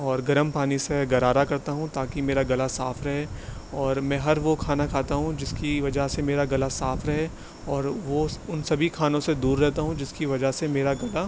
اور گرم پانی سے غرارہ کرتا ہوں تاکہ میرا گلا صاف رہے اور میں ہر وہ کھانا کھاتا ہوں جس کی وجہ سے میرا گلا صاف رہے اور وہ ان سبھی کھانوں سے دور رہتا ہوں جس کی وجہ سے میرا گلا